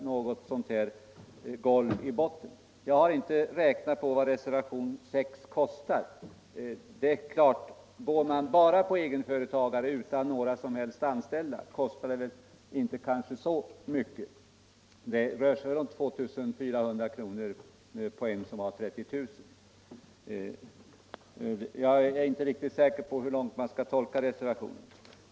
Jag skall här inte räkna på vad ett genomförande av kravet i reservationen 6 skulle kosta, men det är klart att om man bara går till egenföretagare utan några anställda kostar det kanske inte så mycket. Det rör sig väl då om 2 400 kr. för den som har 30 000 kr. i inkomst; jag är inte säker på hur långt man skall gå i tolkningen av reservationen.